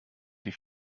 die